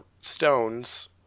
stones